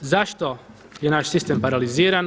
Zašto je naš sistem paraliziran?